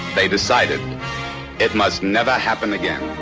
they decided it must never happen again.